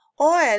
oil